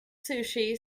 sushi